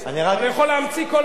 הוא יכול להמציא כל הזמן.